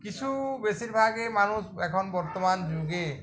কিছু বেশিরভাগে মানুষ এখন বর্তমান যুগে